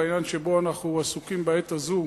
בעניין שבו אנחנו עסוקים בעת הזו,